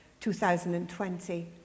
2020